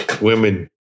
women